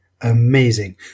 amazing